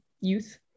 youth